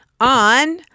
On